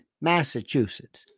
Massachusetts